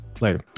Later